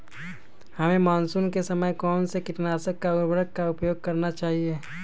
हमें मानसून के समय कौन से किटनाशक या उर्वरक का उपयोग करना चाहिए?